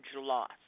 loss